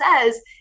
says